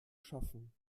schaffen